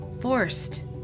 forced